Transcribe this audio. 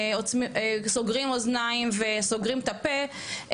סוגרים אוזניים וסוגרים את הפה,